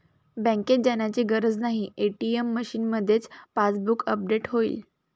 बँकेत जाण्याची गरज नाही, ए.टी.एम मशीनमध्येच पासबुक अपडेट होईल